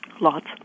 Lots